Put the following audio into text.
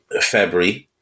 February